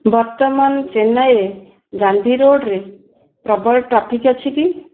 ବର୍ତ୍ତମାନ ଚେନ୍ନାଇରେ ଗାନ୍ଧି ରୋଡ଼ରେ ପ୍ରବଳ ଟ୍ରାଫିକ୍ ଅଛି କି